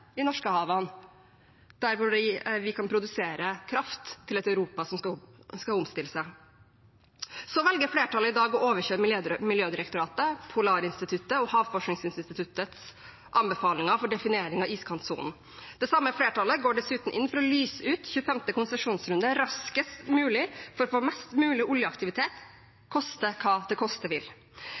vi kan produsere kraft til et Europa som skal omstille seg. Flertallet velger i dag å overkjøre Miljødirektoratets, Polarinstituttets og Havforskningsinstituttets anbefalinger for definering av iskantsonen. Det samme flertallet går dessuten inn for å lyse ut 25. konsesjonsrunde raskest mulig for å få mest mulig oljeaktivitet, koste hva det koste vil.